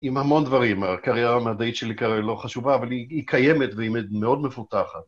עם המון דברים, הקריירה המדעית שלי לא חשובה, אבל היא קיימת והיא מאוד מפותחת.